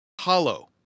hollow